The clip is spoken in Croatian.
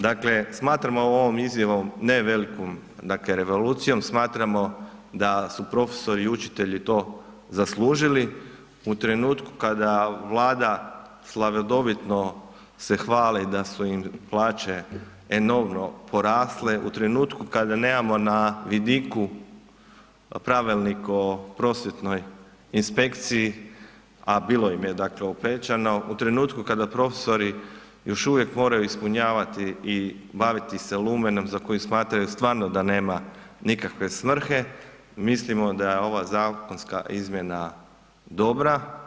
Dakle smatramo ovom izjavom ne velikom revolucijom, smatramo da su profesori i učitelji to zaslužili u trenutku kada Vlada slavodobitno se hvali da su im plaće enormno porasle, u trenutku kada nemamo na vidiku pravilnik o prosvjetnoj inspekciji, a bilo im je obećano, u trenutku kada profesori još uvijek moraju ispunjavati i baviti se lumenom za koji smatraju stvarno da nema nikakve svrhe, mislimo da je ova zakonska izmjena dobra.